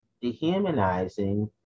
dehumanizing